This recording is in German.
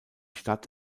stadt